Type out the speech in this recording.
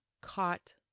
caught